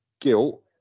guilt